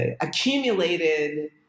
accumulated